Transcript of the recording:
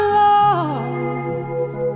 lost